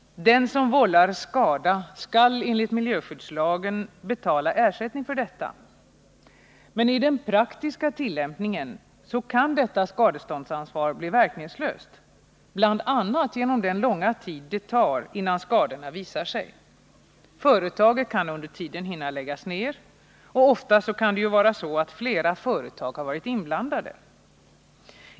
Den som vållar skada skall enligt miljöskyddslagen betala ersättning för detta. Men i den praktiska tillämpningen kan detta skadeståndsansvar bli verkningslöst, bl.a. genom den långa tid det tar innan skadorna visar sig. Företaget kan under tiden hinna läggas ner. Ofta kan flera företag vara inblandade.